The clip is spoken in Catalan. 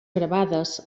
gravades